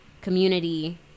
community